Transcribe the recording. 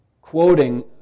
quoting